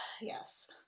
Yes